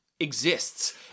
exists